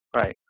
Right